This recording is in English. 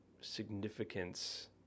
significance